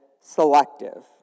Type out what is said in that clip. selective